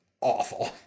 awful